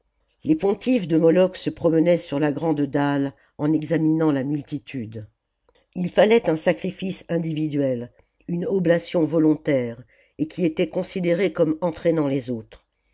les pontifes de moloch se promenaient sur la grande dalle en examinant la multitude il fallait un sacrifice individuel une oblation volontaire et qui était considérée comme entraînant les autres